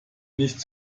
nicht